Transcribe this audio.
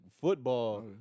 football